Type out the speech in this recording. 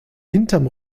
hinterm